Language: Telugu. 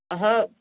హా